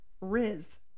riz